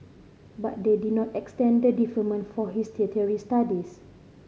but they did not extend the deferment for his tertiary studies